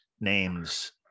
names